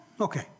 Okay